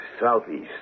southeast